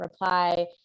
reply